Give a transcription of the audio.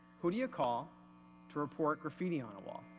who do you call to report graffitti on a wall.